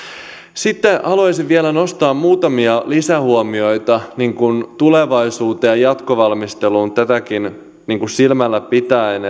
sitten haluaisin vielä nostaa muutamia lisähuomioita tulevaisuuteen ja jatkovalmisteluun tätäkin silmällä pitäen